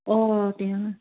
অঁ তেওঁ মানে